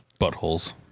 Buttholes